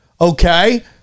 okay